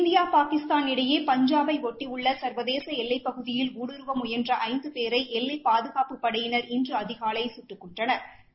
India Pakistan இடையே பஞ்சாபை ஒட்டியுள்ள சா்வதேச எல்லைப் பகுதியில் ஊடுறுவ முயன்ற ஐந்து பேரை எல்லை பாதுகாப்புப் படையினா் இன்று அதிகாலை சுட்டுக் கொன்றனா்